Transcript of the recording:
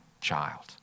child